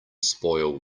spoil